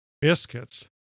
Biscuits